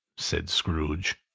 said scrooge.